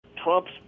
Trump's